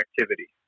activity